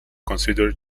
consider